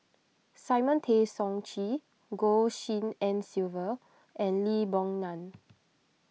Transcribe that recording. Simon Tay Seong Chee Goh Tshin En Sylvia and Lee Boon Ngan